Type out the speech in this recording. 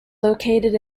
located